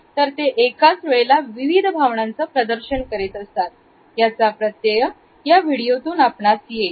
तर ते एकाच वेळेला विविध भावनांचं प्रदर्शन करतात याचा प्रत्यय या व्हिडिओतून आपणास येईल